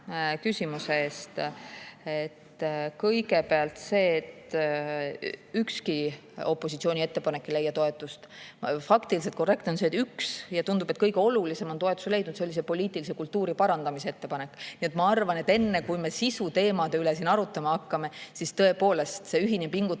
küsimuse eest! Kõigepealt see, et ükski opositsiooni ettepanek ei leia toetust. Faktiliselt korrektne on see, et üks, ja tundub, et kõige olulisem, on toetuse leidnud – see oli poliitilise kultuuri parandamise ettepanek. Nii et ma arvan, et enne, kui me siin sisuteemasid arutama hakkame, peab tõepoolest olema ühine pingutus